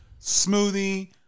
Smoothie